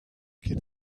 get